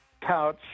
couch